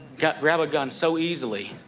got grabbed a gun so easily